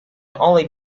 only